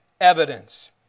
evidence